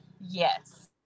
Yes